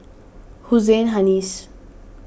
Hussein Haniff